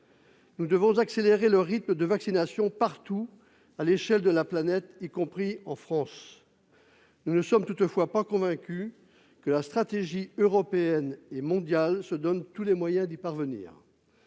Nous devons accélérer le rythme de vaccination partout, à l'échelle de la planète, y compris en France. Nous ne sommes toutefois pas convaincus que la stratégie européenne et mondiale se donne tous les moyens d'y parvenir.